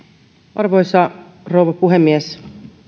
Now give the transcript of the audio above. arvoisa rouva puhemies